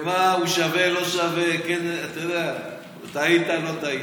למה הוא שווה או לא שווה, טעית או לא טעית.